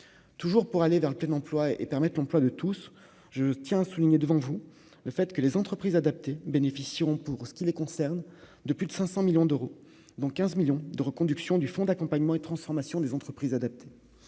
toujours pour aller vers le plein emploi et permettent l'emploi de tous, je tiens à souligner devant vous, le fait que les entreprises adaptées bénéficieront pour ce qui les concerne de plus de 500 millions d'euros dans 15 millions de reconduction du fonds d'accompagnement et de transformation des entreprises adaptées,